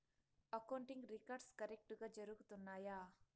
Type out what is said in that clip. accounting records కరెక్టుగా జరుగుతున్నాయా